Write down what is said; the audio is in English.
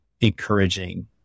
encouraging